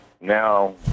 now